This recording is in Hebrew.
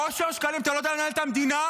אושר שקלים, אתה לא יודע לנהל את המדינה?